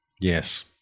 yes